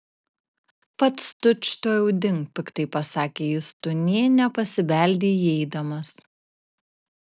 pats tučtuojau dink piktai pasakė jis tu nė nepasibeldei įeidamas